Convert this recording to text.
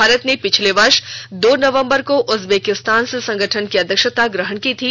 भारत ने पिछले वर्ष दो नवंबर को उज्बेकिस्तान से संगठन की अध्यक्षता ग्रहण की थी